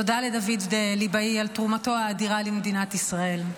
תודה לדוד ליבאי על תרומתו האדירה למדינת ישראל.